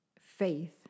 faith